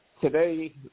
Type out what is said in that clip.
Today